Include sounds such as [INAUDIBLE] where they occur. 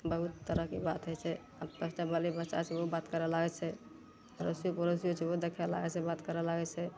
बहुत तरहके बात होइ छै आब [UNINTELLIGIBLE] बाली से ओहो बात करै लागै छै [UNINTELLIGIBLE] ओहो देखे लागै छै बात करै लागै छै